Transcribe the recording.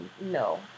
no